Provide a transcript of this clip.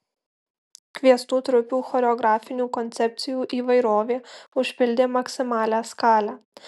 kviestų trupių choreografinių koncepcijų įvairovė užpildė maksimalią skalę